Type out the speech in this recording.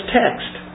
text